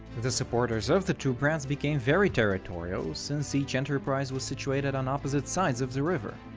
the supporters of the two brands became very territorial, since each enterprise was situated on opposite sides of the river.